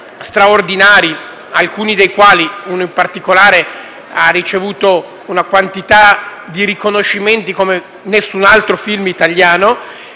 Grazie,